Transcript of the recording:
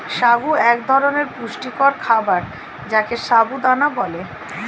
সাগু এক ধরনের পুষ্টিকর খাবার যাকে সাবু দানা বলে